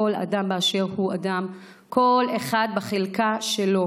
כל אדם באשר הוא אדם, כל אחד בחלקה שלו.